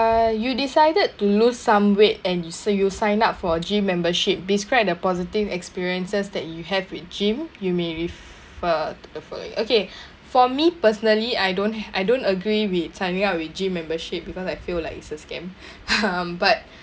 uh you decided to lose some weight and you s~ you sign up for gym membership describe the positive experiences that you have with gym you may refer to the following okay for me personally I don't I don't agree with signing up with gym membership because I feel like it's a scam um but